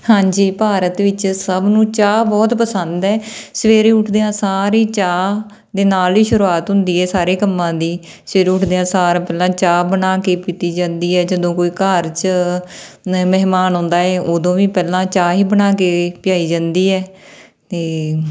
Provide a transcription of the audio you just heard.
ਹਾਂਜੀ ਭਾਰਤ ਵਿੱਚ ਸਭ ਨੂੰ ਚਾਹ ਬਹੁਤ ਪਸੰਦ ਹੈ ਸਵੇਰੇ ਉੱਠਦਿਆਂ ਸਾਰ ਹੀ ਚਾਹ ਦੇ ਨਾਲ ਹੀ ਸ਼ੁਰੂਆਤ ਹੁੰਦੀ ਹੈ ਸਾਰੇ ਕੰਮਾਂ ਦੀ ਸਵੇਰੇ ਉੱਠਦਿਆਂ ਸਾਰ ਪਹਿਲਾਂ ਚਾਹ ਬਣਾ ਕੇ ਪੀਤੀ ਜਾਂਦੀ ਹੈ ਜਦੋਂ ਕੋਈ ਘਰ 'ਚ ਮ ਮਹਿਮਾਨ ਆਉਂਦਾ ਹੈ ਉਦੋਂ ਵੀ ਪਹਿਲਾਂ ਚਾਹ ਹੀ ਬਣਾ ਕੇ ਪਿਆਈ ਜਾਂਦੀ ਹੈ ਤੇ